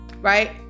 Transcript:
right